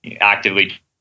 actively